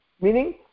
meaning